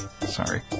Sorry